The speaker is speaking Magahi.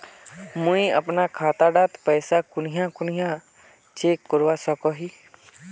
मुई अपना खाता डात पैसा कुनियाँ कुनियाँ चेक करवा सकोहो ही?